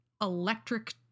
electric